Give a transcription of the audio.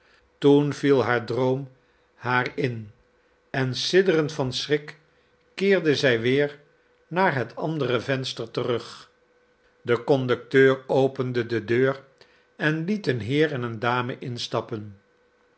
toen viel haar droom haar in en sidderend van schrik keerde zij weer naar het andere venster terug de conducteur opende de deur en liet een heer en een dame instappen